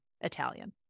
Italian